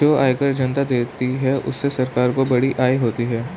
जो आयकर जनता देती है उससे सरकार को बड़ी आय होती है